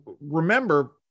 remember